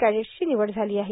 कॅडेट्सची निवड झाली आहे